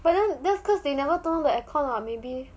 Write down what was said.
but then that is cause you never use the aircon what maybe